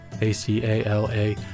A-C-A-L-A